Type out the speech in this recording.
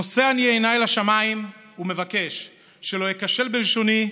נושא אני עיניי לשמיים ומבקש שלא איכשל בלשוני,